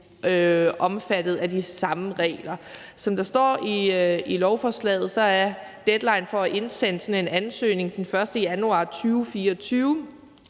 omfattet af de samme regler. Som der står i lovforslaget, er deadline for at indsende sådan en ansøgning den 1. januar 2024,